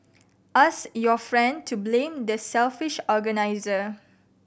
ask your friend to blame the selfish organiser